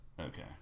Okay